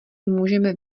můžeme